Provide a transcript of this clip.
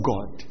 God